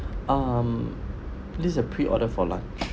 um this is a pre-order for lunch